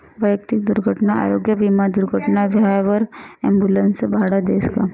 वैयक्तिक दुर्घटना आरोग्य विमा दुर्घटना व्हवावर ॲम्बुलन्सनं भाडं देस का?